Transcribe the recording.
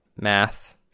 math